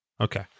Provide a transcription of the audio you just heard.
okay